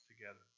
together